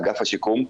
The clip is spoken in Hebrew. אגף השיקום,